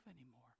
anymore